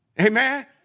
Amen